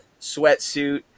sweatsuit